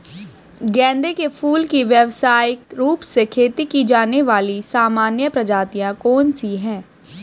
गेंदे के फूल की व्यवसायिक रूप से खेती की जाने वाली सामान्य प्रजातियां कौन सी है?